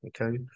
Okay